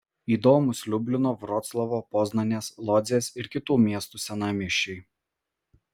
įdomūs liublino vroclavo poznanės lodzės ir kitų miestų senamiesčiai